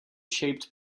shaped